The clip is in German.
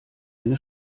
eine